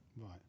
Right